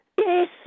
Yes